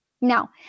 Now